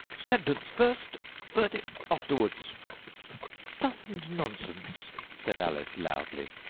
sentence first verdict afterwards stuff and nonsense said alice loudly.